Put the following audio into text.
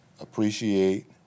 appreciate